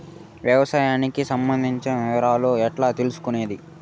వ్యవసాయానికి సంబంధించిన వివరాలు ఎట్లా తెలుసుకొనేది?